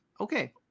okay